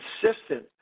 consistent